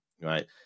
right